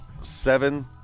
seven